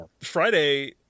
Friday